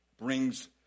brings